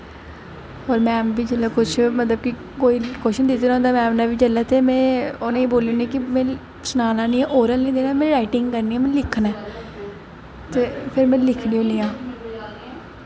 होर मैम जिसलै कुछ बी मतलब कोई बी क्वेच्शन दित्ता दा होंदा मैम ने बी ते में उ'नें ई बोेली ओड़नी कि सनाना निं ऐ ओरली निं देना में राइटिंग करनी ऐ में लिखना ऐ ते फिर में लिखनी होनी आं